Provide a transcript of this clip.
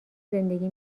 زندگی